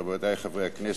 רבותי חברי הכנסת,